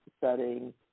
setting